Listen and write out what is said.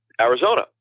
Arizona